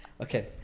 Okay